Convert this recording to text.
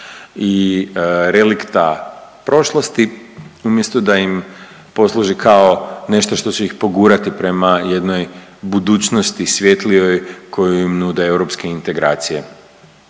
i relikta prošlosti umjesto da im posluži kao nešto što će ih pogurati prema jednoj budućnosti svjetlijoj koju im nude europske integracije.